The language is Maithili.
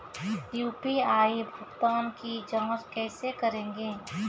यु.पी.आई भुगतान की जाँच कैसे करेंगे?